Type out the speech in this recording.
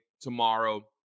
tomorrow